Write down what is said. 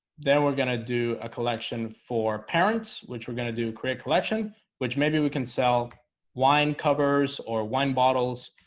then we're gonna do a collection for parents, which we're going to do create collection which maybe we can sell wine covers or wine bottles?